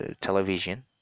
television